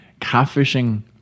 catfishing